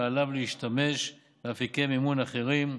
ועליו להשתמש באפיקי מימון אחרים.